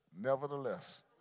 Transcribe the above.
nevertheless